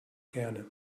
gerne